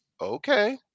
okay